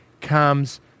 comes